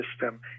system